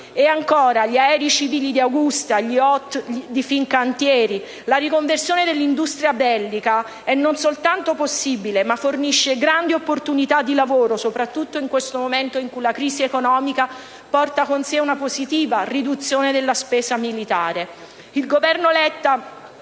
e ancora: gli aerei civili di Agusta, gli *yacht* di Fincantieri. La riconversione dell'industria bellica è non soltanto possibile, ma fornisce grandi opportunità di lavoro, soprattutto in questo momento in cui la crisi economica porta con sé una positiva riduzione della spesa militare.